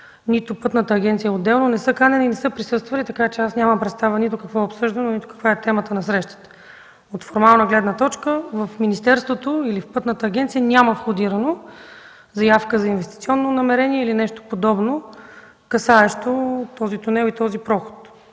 нито Пътната агенция – отделно, не са канени и не са присъствали, така че аз нямам представа нито какво е обсъждано, нито каква е била темата на срещата. От формална гледна точка – в министерството или в Пътната агенция няма входирана заявка за инвестиционно намерение или нещо подобно, касаещо този тунел и този проход.